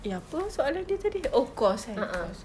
eh apa ah soalan dia tadi oh course eh course